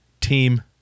team